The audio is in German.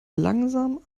langsam